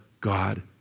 God